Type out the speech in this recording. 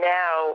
now